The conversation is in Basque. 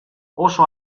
oso